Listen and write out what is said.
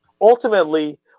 Ultimately